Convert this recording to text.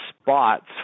spots